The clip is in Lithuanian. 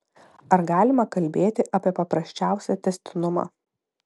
ar galima kalbėti apie paprasčiausią tęstinumą